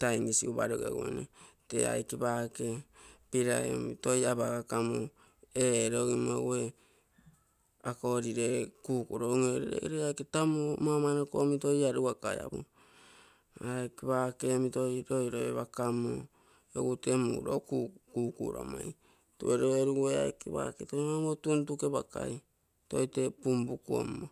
taim isugupa logeguine. tee aike paake pilai omi toi apagakomo erogimo egu ee nne holiday kukuropogin. Holiday ee aike puakemi toi loiloipakamo toi angarukai apo, nagai ee aike paakemi toi loiloipakamo egu tee muuro kukuremoing. Twelve erugu ee paake toi maumoriro tuketuke pakai, toi tee punpulu-ommo